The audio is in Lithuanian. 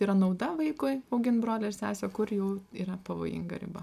yra nauda vaikui augint brolį ar sesę kur jau yra pavojinga riba